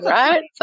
right